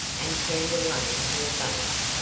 and turned away her face.